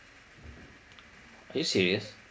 are you serious